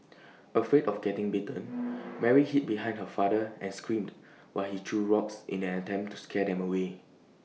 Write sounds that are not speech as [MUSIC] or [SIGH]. [NOISE] afraid of getting bitten [NOISE] Mary hid behind her father and screamed while he threw rocks in an attempt to scare them away